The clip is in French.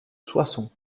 soissons